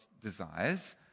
desires